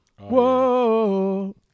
whoa